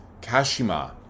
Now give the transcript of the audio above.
Kashima